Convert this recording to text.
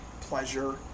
Pleasure